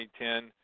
2010